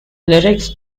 lyrics